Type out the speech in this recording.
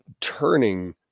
turning –